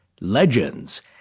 LEGENDS